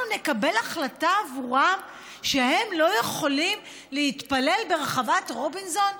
אנחנו נקבל החלטה עבורם שהם לא יכולים להתפלל ברחבת רובינסון?